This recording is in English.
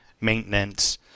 maintenance